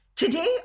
Today